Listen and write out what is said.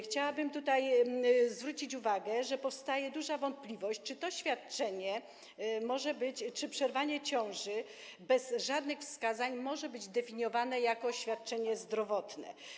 Chciałabym tutaj zwrócić uwagę, że powstaje duża wątpliwość, czy to świadczenie, czy przerwanie ciąży bez żadnych wskazań może być definiowane jako świadczenie zdrowotne.